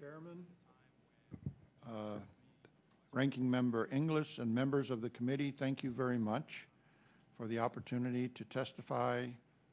chairman and ranking member anglers and members of the committee thank you very much for the opportunity to testify